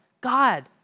God